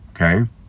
okay